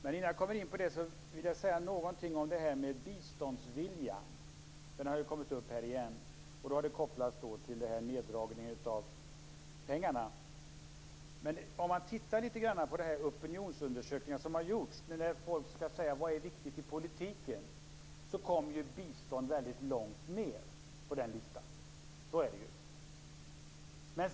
Men innan jag kommer in på detta vill jag säga någonting som biståndsviljan, eftersom den frågan har kommit upp igen. Den kopplas då till neddragningen av medlen. Om man tittar på de opinionsundersökningar som har gjorts där människor skall säga vad som är viktigt i politiken kommer bistånd väldigt långt ned på den listan. Så är det ju.